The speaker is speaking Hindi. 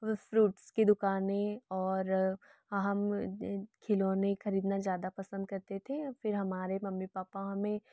व फ्रूट्स की दुकाने और हम खिलौने ख़रीदना ज़्यादा पसंद करते थे फिर हमारे मम्मी पापा हमें